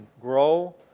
grow